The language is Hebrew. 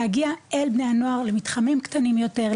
להגיע אל בני הנוער למתחמים קטנים יותר,